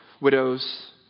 widows